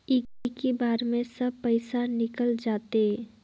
इक्की बार मे सब पइसा निकल जाते?